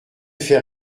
fait